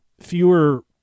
fewer